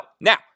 Now